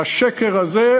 השקר הזה,